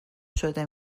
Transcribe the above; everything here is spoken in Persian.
شده